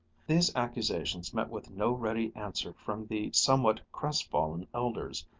these accusations met with no ready answer from the somewhat crestfallen elders,